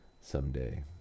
someday